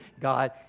God